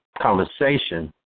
conversation